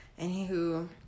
anywho